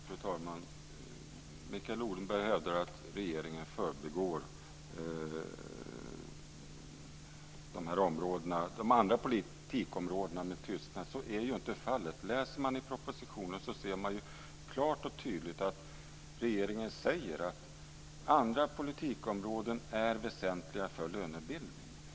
Fru talman! Mikael Odenberg hävdar att regeringen förbigår de andra politikområdena med tystnad men så är inte fallet. Det är bara att läsa propositionen. Då ser man klart och tydligt att regeringen säger att andra politikområden är väsentliga för lönebildningen.